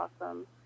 awesome